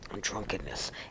drunkenness